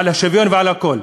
על השוויון ועל הכול.